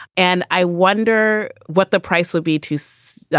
and i wonder what the price will be to, say, yeah